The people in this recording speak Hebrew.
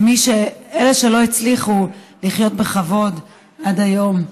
לאלה שלא הצליחו לחיות בכבוד עד היום.